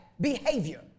behavior